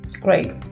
Great